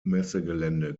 messegelände